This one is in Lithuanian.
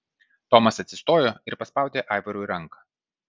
tomas atsistojo ir paspaudė aivarui ranką